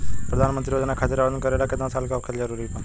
प्रधानमंत्री योजना खातिर आवेदन करे ला केतना साल क होखल जरूरी बा?